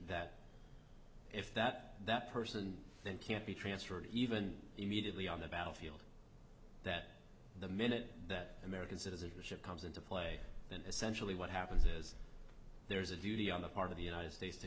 that if that that person then can't be transferred even immediately on the battlefield that the minute that american citizenship comes into play and essentially what happens is there is a duty on the part of the united states to